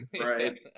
Right